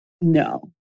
no